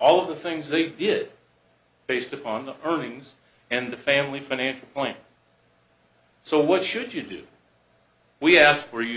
all of the things they did based upon the earnings and the family financial point so what should you do we asked for you